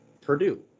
Purdue